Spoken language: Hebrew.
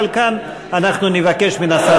אבל כאן אנחנו נבקש מן השר,